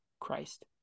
christ